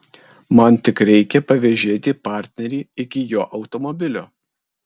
man tik reikia pavėžėti partnerį iki jo automobilio